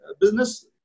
business